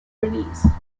release